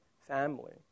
family